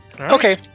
Okay